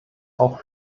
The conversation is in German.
auch